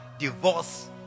divorce